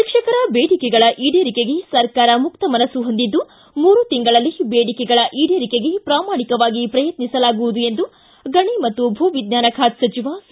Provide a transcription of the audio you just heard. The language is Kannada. ಶಿಕ್ಷಕರ ಬೇಡಿಕೆಗಳ ಈಡೇರಿಕೆಗೆ ಸರ್ಕಾರ ಮುಕ್ತ ಮನಸ್ಲು ಹೊಂದಿದ್ದು ಮೂರು ತಿಂಗಳಲ್ಲಿ ಬೇಡಿಕೆಗಳ ಈಡೇರಿಕೆಗೆ ಪ್ರಾಮಾಣಿಕವಾಗಿ ಪ್ರಯತ್ನಿಸಲಾಗುವುದು ಎಂದು ಗಣಿ ಮತ್ತು ಭೂವಿಜ್ಞಾನ ಖಾತೆ ಸಚಿವ ಸಿ